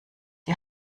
die